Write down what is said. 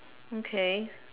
okay